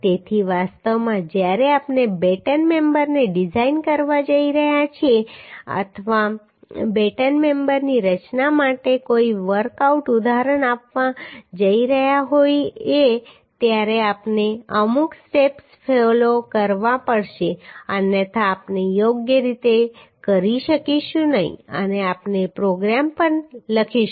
તેથી વાસ્તવમાં જ્યારે આપણે બેટન મેમ્બરને ડિઝાઇન કરવા જઈ રહ્યા હોઈએ અથવા બેટન મેમ્બરની રચના માટે કોઈ વર્કઆઉટ ઉદાહરણ આપવા જઈ રહ્યા હોઈએ ત્યારે આપણે અમુક સ્ટેપ્સ ફોલો કરવા પડશે અન્યથા આપણે યોગ્ય રીતે કરી શકીશું નહીં અને આપણે પ્રોગ્રામ પણ લખીશું